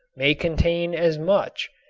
may contain as much,